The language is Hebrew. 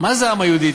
מה זה העם היהודי?